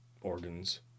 organs